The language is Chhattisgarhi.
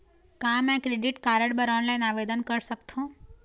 का मैं क्रेडिट कारड बर ऑनलाइन आवेदन कर सकथों?